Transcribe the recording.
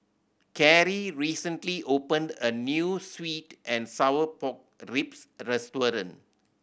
Cari recently opened a new sweet and sour pork ribs restaurant